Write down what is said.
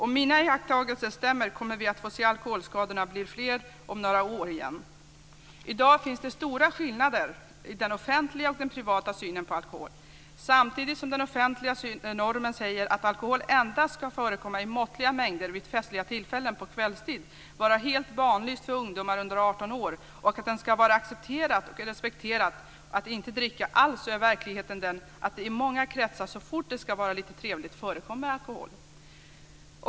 Om mina iakttagelser stämmer kommer vi att få se alkoholskadorna bli fler om några år igen. I dag finns det stora skillnader i den offentliga och den privata synen på alkohol. Samtidigt som den offentliga normen säger att alkohol endast ska förekomma i måttliga mängder vid festliga tillfällen på kvällstid, vara helt bannlyst för ungdomar under 18 år och att det ska vara accepterat och respekterat att inte dricka alls, är verkligheten den att det i många kretsar så fort det ska vara lite trevligt förekommer alkohol.